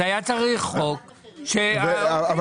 היה צריך חוק --- זהו?